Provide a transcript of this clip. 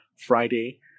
friday